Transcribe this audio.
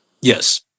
Yes